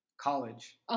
college